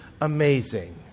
amazing